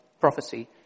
prophecy